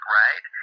right